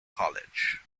college